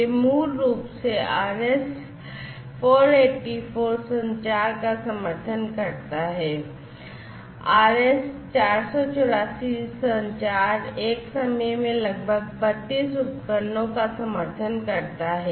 यह मूल रूप से RS 484 संचार का समर्थन करता है RS 484 संचार एक समय में लगभग 32 उपकरणों का समर्थन करता है